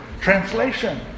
translation